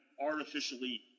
artificially